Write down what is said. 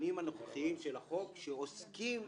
התכנים הנוכחיים של החוק, שעוסקים